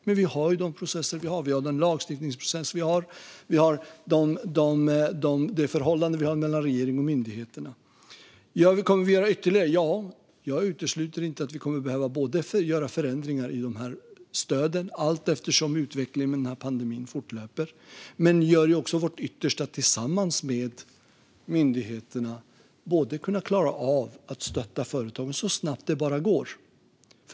Men vi har ju de processer vi har; vi har den lagstiftningsprocess vi har, och vi har de förhållanden mellan regeringen och myndigheterna vi har. Kommer vi att göra ytterligare saker? Ja, jag utesluter inte att vi kommer att göra förändringar i stöden allteftersom utvecklingen av pandemin fortlöper. Men vi gör också vårt yttersta, tillsammans med myndigheterna, för att klara av att stötta företagen så snabbt det bara går.